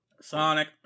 Sonic